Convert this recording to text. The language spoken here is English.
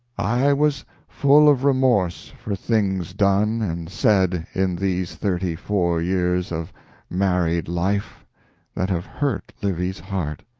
i was full of remorse for things done and said in these thirty four years of married life that have hurt livy's heart.